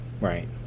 right